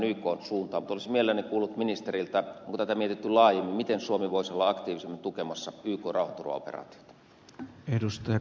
mutta olisin mielelläni kuullut ministeriltä onko tätä mietitty laajemmin miten suomi voisi olla aktiivisemmin tukemassa ykn rauhanturvaoperaatioita